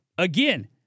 Again